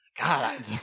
God